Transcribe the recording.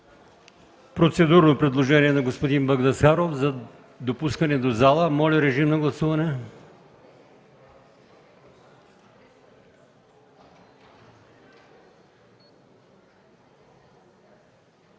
Процедурно предложение на господин Багдасаров за допускане в зала. Моля, режим на гласуване.